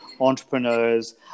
entrepreneurs